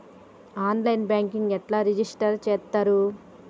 On line banking ఎట్లా register చేత్తరు?